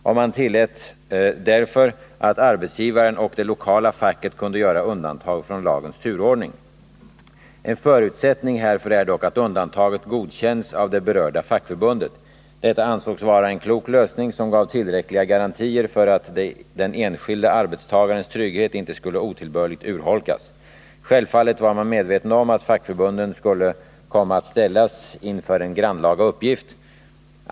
Och man tillät därför att arbetsgivaren och det lokala facket kunde göra undantag från lagens turordning. En förutsättning härför är dock att undantaget godkänns av det berörda fackförbundet. Detta ansågs vara en klok lösning som gav tillräckliga garantier för att den enskilde arbetstagarens trygghet inte skulle otillbörligt urholkas. Självfallet var man medveten om att fackförbunden skulle komma att ställas inför en grannlaga uppgift.